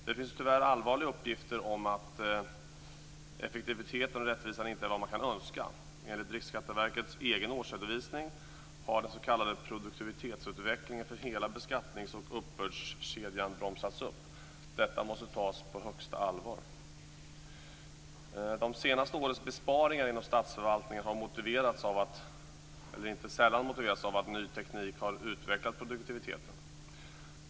Det finns tyvärr allvarliga uppgifter om att effektiviteten och rättvisan inte är vad man kan önska. Enligt Riksskatteverkets egen årsredovisning har den s.k. produktivitetsutvecklingen för hela beskattnings och uppbördskedjan bromsats upp. Detta måste tas på största allvar. De senaste årens besparingar inom statsförvaltningen har inte sällan motiverats av att ny teknik har utvecklat produktiviteten.